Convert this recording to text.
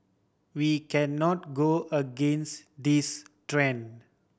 we cannot go against this trend